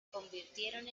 convirtieron